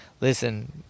listen